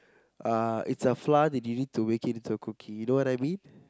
uh it's a flour that you need to make it into a cookie you know what I mean